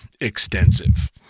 extensive